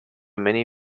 many